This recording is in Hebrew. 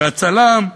והצלם,